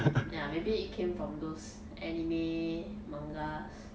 ya maybe it came from those anime mangas